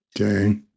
Okay